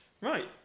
Right